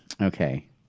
Okay